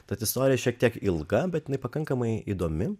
tad istorija šiek tiek ilga bet jinai pakankamai įdomi